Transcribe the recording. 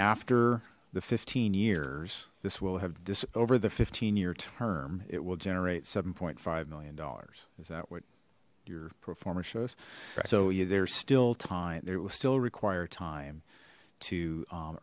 after the fifteen years this will have this over the fifteen year term it will generate seven point five million dollars is that what your performance shows so yeah there's still time there will still require time to